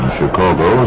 Chicago